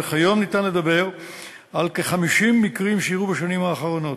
וכיום אפשר לדבר על כ-50 מקרים שאירעו בשנים האחרונות.